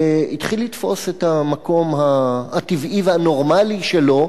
התחיל לתפוס את המקום הטבעי והנורמלי שלו,